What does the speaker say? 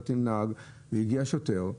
כשנסעתי עם נהג והגיע שוטר,